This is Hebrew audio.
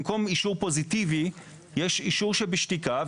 במקום אישור פוזיטיבי יש אישור שבשתיקה.